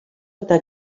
eta